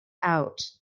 out